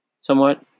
somewhat